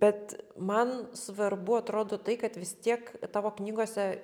bet man svarbu atrodo tai kad vis tiek tavo knygose